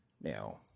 Now